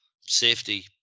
safety